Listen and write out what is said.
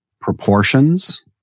proportions